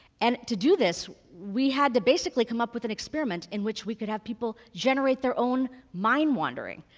and to do this, we had to basically come up with an experiment in which we could have people generate their own mind wandering.